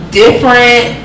different